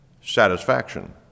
Satisfaction